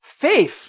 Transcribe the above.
faith